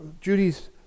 Judy's